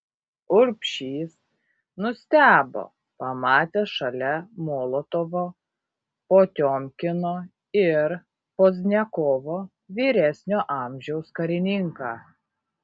urbšys nustebo pamatęs šalia molotovo potiomkino ir pozdniakovo vyresnio amžiaus karininką